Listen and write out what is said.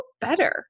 better